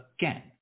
again